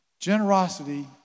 Generosity